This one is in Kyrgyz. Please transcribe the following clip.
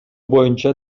боюнча